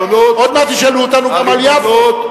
עוד מעט ישאלו אותנו גם על יפו.